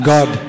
God